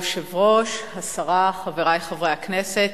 היושב-ראש, תודה רבה, השרה, חברי חברי הכנסת,